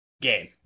game